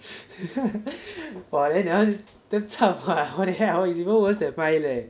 !wah! then that one damn 差 !wah! it's even worse than mine leh